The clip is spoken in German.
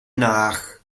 nach